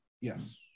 Yes